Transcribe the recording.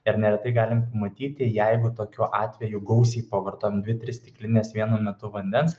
ir neretai galim pamatyti jeigu tokiu atveju gausiai pavartojam dvi tris stiklines vienu metu vandens